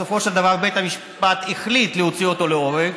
בסופו של דבר בית המשפט החליט להוציא אותו להורג,